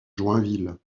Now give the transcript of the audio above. joinville